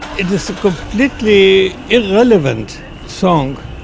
it is a completely irrelevant song.